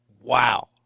Wow